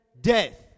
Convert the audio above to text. Death